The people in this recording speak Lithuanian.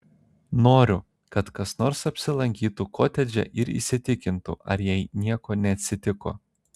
noriu kad kas nors apsilankytų kotedže ir įsitikintų ar jai nieko neatsitiko